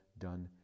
done